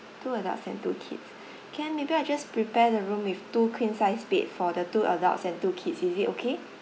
two adults and two kids can maybe I just prepare the room with two queen sized bed for the two adults and two kids is it okay